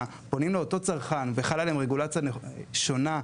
פונים לאותו צרכן וחלה עליהם רגולציה שונה,